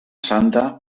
santa